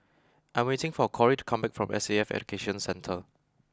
I am waiting for Corrie to come back from S A F Education Centre